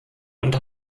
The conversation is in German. und